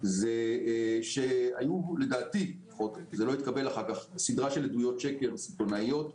זה שהיו לדעתי סדרה של עדויות שקר סיטונאיות,